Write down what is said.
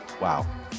wow